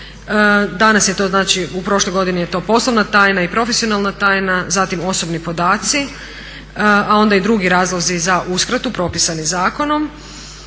na osobne podatke. U prošloj godini je to poslovna tajna i profesionalna tajna, zatim osobni podaci, a onda i drugi razlozi za uskratu propisanim zakonom.